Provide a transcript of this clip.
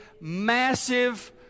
massive